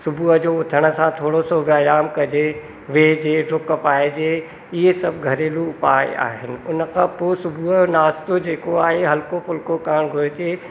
सुबुह जो उथण सां थोरो सो व्यायाम कजे वेहिजे डुक पाइजे इहे सभु घरेलू उपाय आहिनि उनखां पोइ सुबुह जो नास्तो जेको आहे हलको फुलको करणु घुरिजे